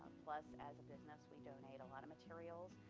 plus, as a business, we donate a lot of materials.